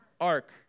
ark